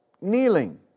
kneeling